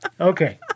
Okay